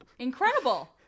Incredible